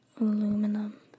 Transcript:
aluminum